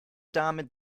damit